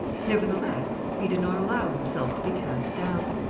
nevertheless, he did not allow himself to be cast down.